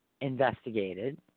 investigated